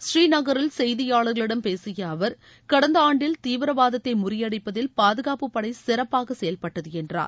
ஸ்ரீநகரில் செய்தியாளர்களிடம் பேசிய அவர் கடந்த ஆண்டில் தீவிரவாதத்தை முறியடிப்பதில் பாதுகாப்பு படை சிறப்பாக செயல்பட்டது என்றார்